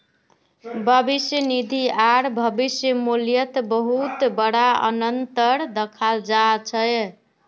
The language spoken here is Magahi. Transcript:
भविष्य निधि आर भविष्य मूल्यत बहुत बडा अनतर दखाल जा छ